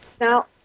Now